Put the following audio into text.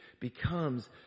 Becomes